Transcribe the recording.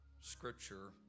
scripture